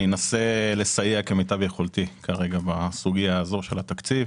אני אנסה לסייע כמיטב יכולתי כרגע בסוגיה הזו של התקציב.